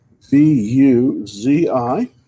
VUZI